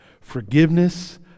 forgiveness